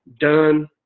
done